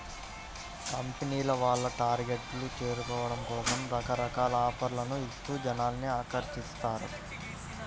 కంపెనీల వాళ్ళు టార్గెట్లను చేరుకోవడం కోసం రకరకాల ఆఫర్లను ఇస్తూ జనాల్ని ఆకర్షిస్తారు